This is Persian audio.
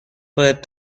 خودت